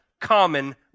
common